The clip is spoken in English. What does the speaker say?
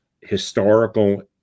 historical